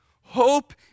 hope